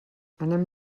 anem